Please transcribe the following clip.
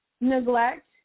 Neglect